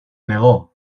negó